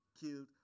killed